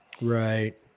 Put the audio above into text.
Right